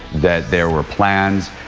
that there were plans,